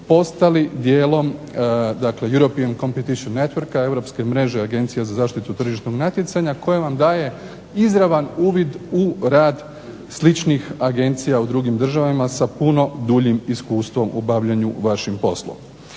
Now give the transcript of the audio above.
postali dijelom dakle European competition network Europske mreže agencija za zaštitu tržišnog natjecanja koja vam daje izravan uvid u rad sličnih agencija u drugim državama sa puno duljim iskustvom u bavljenju vašim poslom.